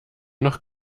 noch